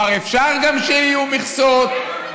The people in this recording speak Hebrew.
גם אפשר כבר שיהיו מכסות.